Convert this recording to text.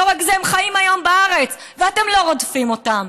לא רק זה, הם חיים היום בארץ ואתם לא רודפים אותם.